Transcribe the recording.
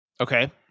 okay